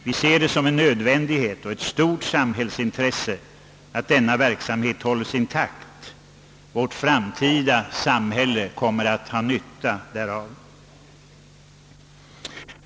Vi ser det som en nödvändighet och ett stort samhällsintresse att denna verksamhet hålls intakt. Det framtida samhället kommer att ha nytta därav.